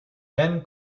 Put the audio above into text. then